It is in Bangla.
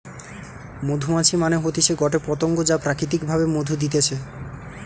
মধুমাছি মানে হতিছে গটে পতঙ্গ যা প্রাকৃতিক ভাবে মধু দিতেছে